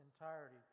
entirety